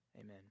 amen